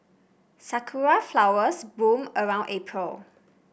sakura flowers bloom around April